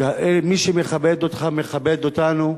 מי שמכבד אותך מכבד אותנו,